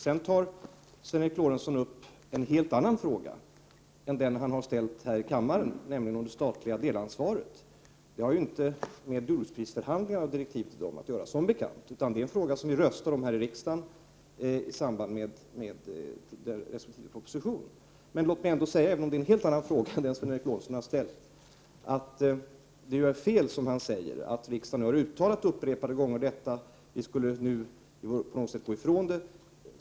Sedan tar Sven Eric Lorentzon upp en helt annan fråga än den han ställt i kammaren, nämligen om det statliga delansvaret. Det har inte med jordbruksprisförhandlingarna och direktiven till dessa att göra, utan det är en fråga vi röstar om i riksdagen i samband med resp. proposition. Låt mig ändå säga, även om det rör en helt annan fråga än den som Sven Eric Lorentzon har ställt, att han har fel när han säger att vi på något sätt skulle gå ifrån något som riksdagen har uttalat upprepade gånger.